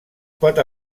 pot